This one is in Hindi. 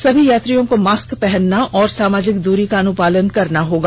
सभी यात्रियों को मास्क पहनना और सामाजिक दूरी का अनुपालन करना होगा